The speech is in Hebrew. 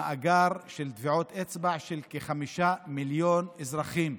מאגר של טביעות אצבע של כחמישה מיליון אזרחים.